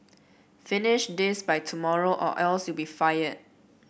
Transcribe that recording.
finish this by tomorrow or else you'll be fired